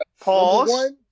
Pause